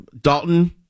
Dalton